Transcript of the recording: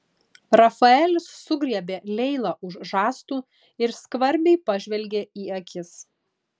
rafaelis sugriebė leilą už žastų ir skvarbiai pažvelgė į akis